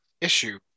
issue